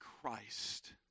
Christ